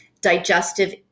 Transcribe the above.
Digestive